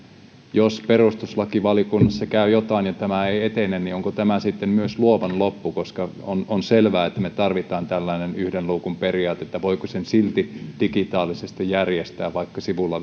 jos perustuslakivaliokunnassa käy jotenkin ja tämä ei etene niin onko tämä sitten myös luovan loppu on on selvää että me tarvitsemme tällaisen yhden luukun periaatteen voiko sen silti digitaalisesti järjestää vaikka sivulla